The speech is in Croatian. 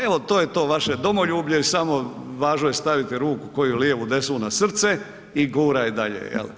Evo to je to vaše domoljublje i samo važno je staviti ruku, koju, lijevu, desnu na srce i guraj dalje.